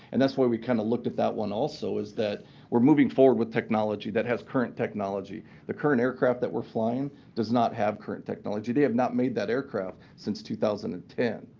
and that's where we kind of looked at that one, also, is that we're moving forward with technology. that has current technology. the current aircraft that we're flying does not have current technology. they have not made that aircraft since two thousand and ten.